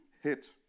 hit